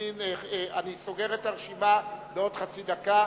אני סוגר את הרשימה בעוד חצי דקה.